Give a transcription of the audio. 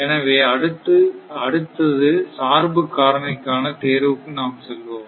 எனவே அடுத்தது சார்பு காரணிக்கான தேர்வுக்கு நாம் செல்வோம்